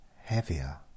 heavier